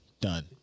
Done